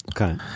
Okay